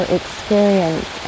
experience